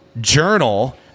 journal